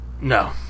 No